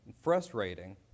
frustrating